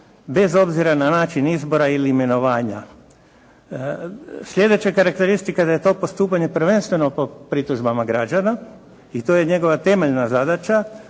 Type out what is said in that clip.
bez obzira na način izbora ili imenovanja. Sljedeća karakteristika da je to postupanje prvenstveno po pritužbama građana i to je njegova temeljna zadaća,